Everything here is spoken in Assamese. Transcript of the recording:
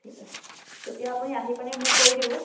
ঠিক আছে তেতিয়া আপুনি আহি পিনে মোক কৰি দিব